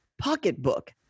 pocketbook